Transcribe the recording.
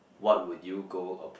what would you go